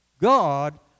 God